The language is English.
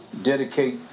dedicate